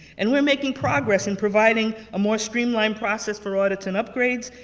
and we're making progress in providing a more streamlined process for audits and upgrades,